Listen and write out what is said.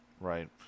Right